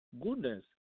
Goodness